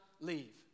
leave